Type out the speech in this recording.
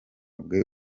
bwe